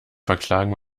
verklagen